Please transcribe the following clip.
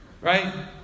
right